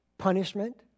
Punishment